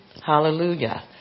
Hallelujah